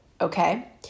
okay